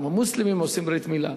גם המוסלמים עושים ברית-מילה,